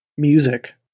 music